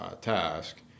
task